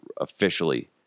officially